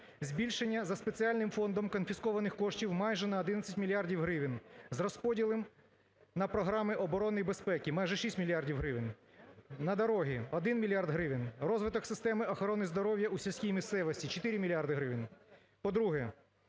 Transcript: збільшення за спеціальним фондом конфіскованих коштів майже на 11 мільярдів гривень, з розподілом на програми оборони і безпеки – майже 6 мільярдів гривень, на дороги –1 мільярд гривень, розвиток системи охорони здоров'я у сільській місцевості – 4 мільярди гривень.